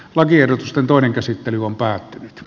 lakiehdotusten toinen käsittely on päättynyt